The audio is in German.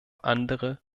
andere